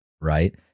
Right